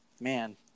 man